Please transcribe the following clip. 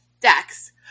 Dex